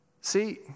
See